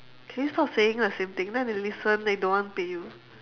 can you stop saying the same thing then they listen they don't want to pay you